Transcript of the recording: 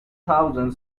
thousand